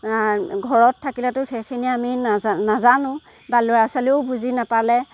ঘৰত থাকিলেটো সেইখিনি আমি নাজা নাজানোঁ বা ল'ৰা ছোৱালীও বুজি নাপালে